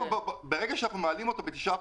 ברגע שאנחנו מעלים אותו ב-9%,